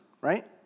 right